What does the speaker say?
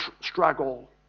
struggle